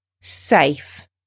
safe